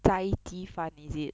斋鸡饭 is it